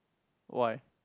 why